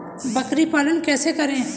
बकरी पालन कैसे करें?